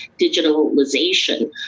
digitalization